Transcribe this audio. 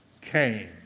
came